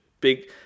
big